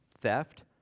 theft